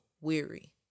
weary